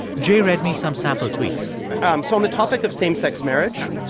jay read me some sample tweets um so on the topic of same-sex marriage,